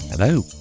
Hello